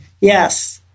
Yes